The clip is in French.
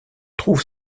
trouve